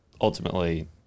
ultimately